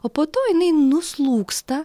o po to jinai nuslūgsta